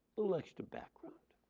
little extra background.